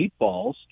Meatballs